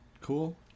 Cool